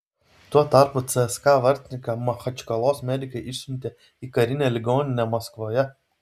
tuo tarpu cska vartininką machačkalos medikai išsiuntė į karinę ligoninę maskvoje